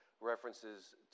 references